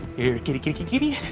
here kitty, kitty kitty.